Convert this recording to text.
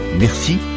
Merci